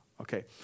Okay